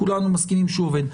כולנו מסכימים שהוא עובד,